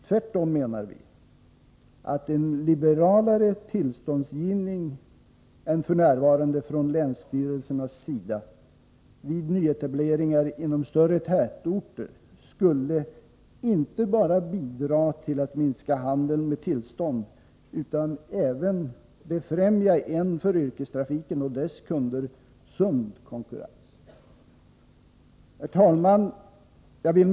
Tvärtom menar vi att en liberalare tillståndsgivning än f.n. från länsstyrelsernas sida vid nyetableringar inom större tätorter skulle inte bara bidra till att minska handeln med tillstånd utan även befrämja en för yrkestrafiken och dess kunder sund konkurrens. Herr talman!